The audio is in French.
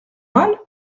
mal